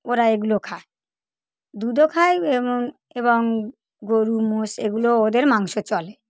ওরা এগুলো খায় দুধও খায় এবং এবং গরু মোষ এগুলো ওদের মাংস চলে